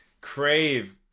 crave